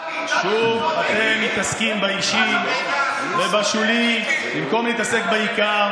שוב אתם מתעסקים באישי ובשולי במקום להתעסק בעיקר.